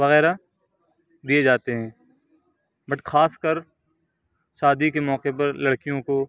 وغیرہ دیے جاتے ہیں بٹ خاص کر شادی کے موقع پر لڑکیوں کو